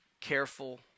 careful